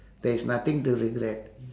there is nothing to regret